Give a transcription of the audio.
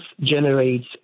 generates